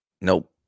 Nope